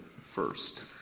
first